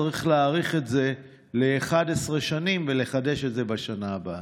צריך להאריך את זה ל-11 שנים ולחדש את זה בשנה הבאה.